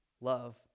love